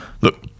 look